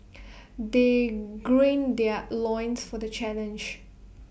they green their loins for the challenge